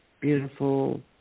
beautiful